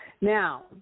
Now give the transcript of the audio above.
Now